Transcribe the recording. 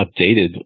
updated